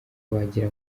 wagira